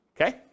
okay